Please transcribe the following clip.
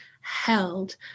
held